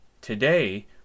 Today